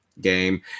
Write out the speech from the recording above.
game